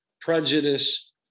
prejudice